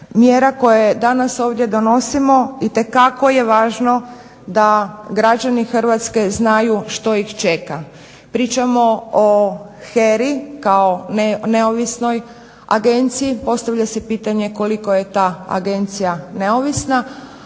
mjera koje danas ovdje donosimo itekako je važno da građani Hrvatske znaju što ih čeka. Pričamo o HERA-i kao neovisnoj agenciji, postavlja se pitanje koliko je ta agencija neovisna,